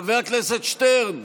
חבר הכנסת שטרן,